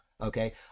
okay